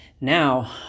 Now